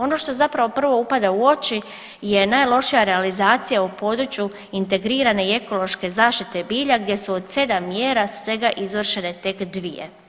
Ono što zapravo prvo upada u oči je najlošija realizacija u području integrirane i ekološke zaštite bilja gdje su od 7 mjera svega izvršene tek dvije.